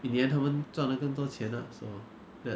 my [one] is 四十八 uh